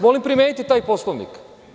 Molim vas, primenite taj Poslovnik.